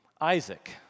Isaac